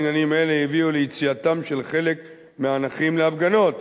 עניינים אלה הביאו ליציאתם של חלק מהנכים להפגנות,